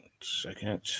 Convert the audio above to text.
second